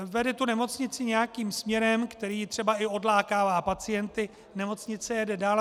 Vede tu nemocnici nějakým směrem, který třeba i odlákává pacienty nemocnice jede dál.